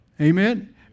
Amen